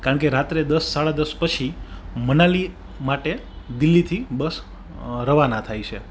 કારણ કે રાત્રે દસ સાડા દસ પછી મનાલી માટે દિલ્હીથી બસ રવાના થાય છે